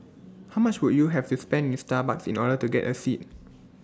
how much would you have to spend in Starbucks in order to get A seat